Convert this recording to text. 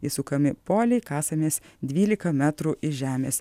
įsukami poliai kasamės dvylika metrų į žemės